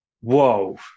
Whoa